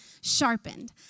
sharpened